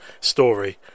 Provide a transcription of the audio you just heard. story